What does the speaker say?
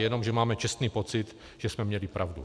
Jenom máme čestný pocit, že jsme měli pravdu.